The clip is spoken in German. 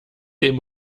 dem